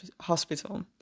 hospital